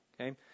okay